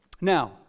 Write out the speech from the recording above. Now